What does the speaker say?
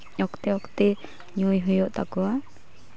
ᱚᱠᱛᱮ ᱚᱠᱛᱮ ᱧᱩᱭ ᱦᱩᱭᱩᱜ ᱛᱟᱠᱚᱣᱟ